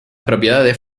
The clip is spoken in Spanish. propiedades